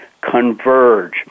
Converge